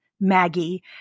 Maggie